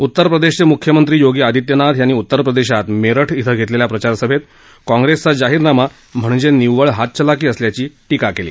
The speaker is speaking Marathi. उत्तर प्रदेशचे मुख्यमंत्री योगी आदित्यनाथ यांनी उत्तर प्रदेशात मेरठ इथं घेतलेल्या प्रचारसभेत काँग्रेसचा जाहीरनामा म्हणजे निव्वळ हातचलाखी असल्याची टीका केली